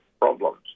problems